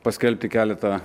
paskelbti keletą